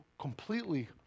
completely